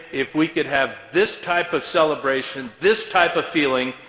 if we could have this type of celebration, this type of feeling,